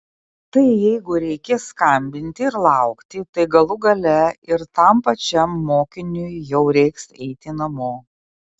tai jeigu reikės skambinti ir laukti tai galų gale ir tam pačiam mokiniui jau reiks eiti namo